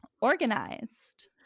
organized